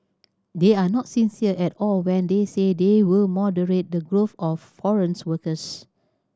they are not sincere at all when they say they will moderate the growth of foreign workers